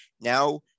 now